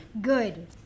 Good